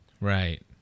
Right